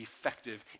effective